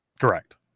Correct